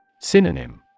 Synonym